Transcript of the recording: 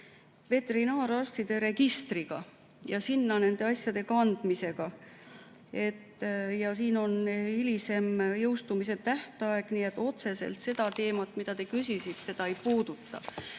veterinaararstide registriga ja sinna nende asjade kandmisega. Siin on hilisem jõustumise tähtaeg, nii et otseselt seda teemat, mida te küsisite, see ei puuduta. Aga